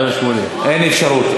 אין אפשרות.